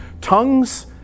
tongues